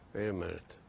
a minute.